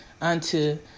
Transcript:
unto